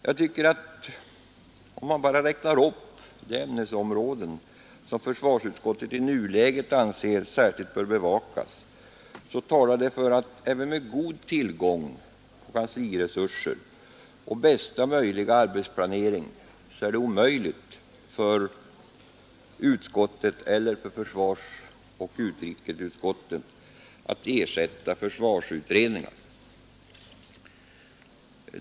Jag tycker att enbart en uppräkning av de ämnesområden, som försvarsutskottet i nuläget anser bör särskilt bevakas, talar för att även med god tillgång på kansliresurser och bästa möjliga arbetsplanering är det av tidsskäl omöjligt för utskottet eller försvarsoch utrikesutskotten att ersätta försvarsutredningar.